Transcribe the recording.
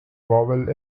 vowel